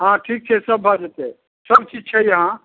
हँ ठीक छै सब भऽ जेतै सब चीज छै यहाँ